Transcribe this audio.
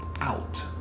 out